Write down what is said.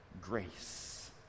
grace